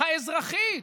האזרחית,